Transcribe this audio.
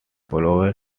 followed